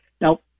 Now